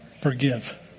Forgive